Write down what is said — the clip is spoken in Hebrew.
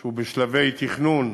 הוא בשלבי תכנון,